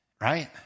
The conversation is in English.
right